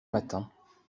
matins